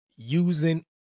Using